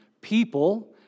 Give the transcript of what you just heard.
people